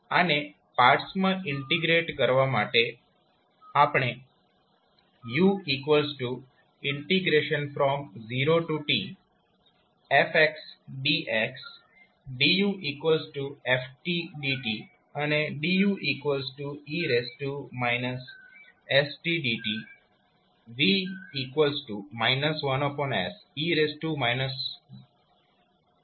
આને પાર્ટ્સમાં ઈન્ટીગ્રેટ કરવા માટે આપણે u0tf dx dufdt અને due stdt v 1se st લઈએ